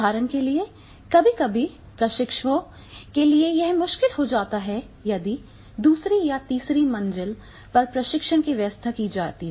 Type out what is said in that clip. उदाहरण के लिए कभी कभी प्रशिक्षकों के लिए यह मुश्किल हो जाता है यदि दूसरी या तीसरी मंजिल पर प्रशिक्षण की व्यवस्था की जाती है